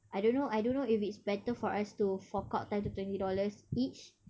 I don't know I don't know if it's better for us to fork out ten to twenty dollar each